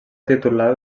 titular